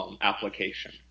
application